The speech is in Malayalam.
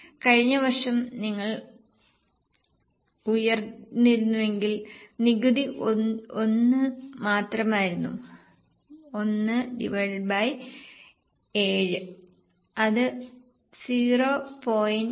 കഴിഞ്ഞ വർഷം നിങ്ങൾ ഉയർന്നിരുന്നെങ്കിൽ നികുതി 1 മാത്രമായിരുന്നു 17 അത് 0